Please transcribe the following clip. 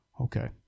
Okay